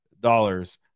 dollars